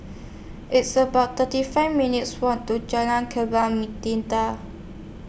It's about thirty five minutes' Walk to Jalan Kembang